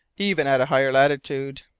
even at a higher latitude.